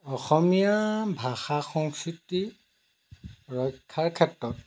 অসমীয়া ভাষা সংস্কৃতি ৰক্ষাৰ ক্ষেত্ৰত